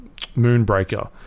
moonbreaker